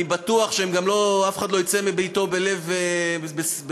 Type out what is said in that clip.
אני בטוח שגם אף אחד לא יצא מביתו בלב שלם.